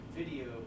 video